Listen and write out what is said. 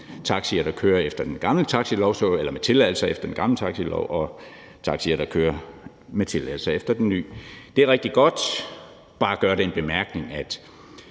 unfair konkurrence mellem taxier, der kører med tilladelser efter den gamle taxilov, og taxier, der kører med tilladelser efter den nye. Det er rigtig godt. Jeg vil bare komme med den bemærkning, at